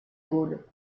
gaulle